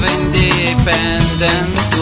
independent